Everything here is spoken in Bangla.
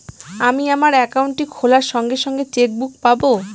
আমি আমার একাউন্টটি খোলার সঙ্গে সঙ্গে চেক বুক পাবো?